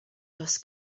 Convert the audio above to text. does